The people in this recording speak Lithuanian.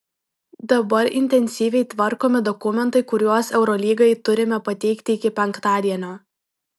dabar intensyviai tvarkomi dokumentai kuriuos eurolygai turime pateikti iki penktadienio